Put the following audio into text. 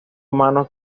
humano